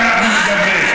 כשאנחנו מדברים.